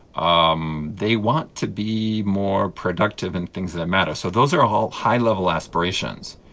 um they want to be more productive in things that matter. so those are all high-level aspirations,